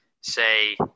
say